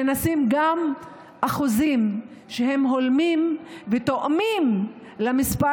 שנשים גם אחוזים שהולמים ותואמים את המספר